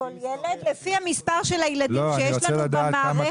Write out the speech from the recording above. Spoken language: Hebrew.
לפי מספר הילדים שיש לנו במערכת.